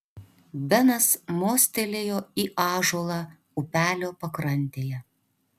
benas mostelėjo į ąžuolą upelio pakrantėje